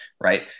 Right